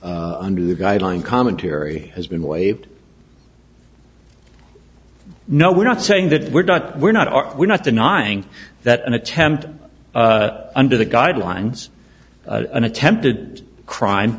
under the guideline commentary has been waived no we're not saying that we're not we're not are we not denying that an attempt under the guidelines of an attempted crime